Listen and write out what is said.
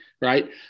right